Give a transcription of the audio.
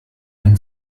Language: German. ein